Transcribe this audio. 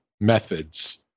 methods